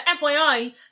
FYI